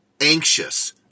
anxious